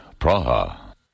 Praha